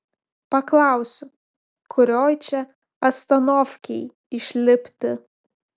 paklausiu kurioj čia astanovkėj išlipti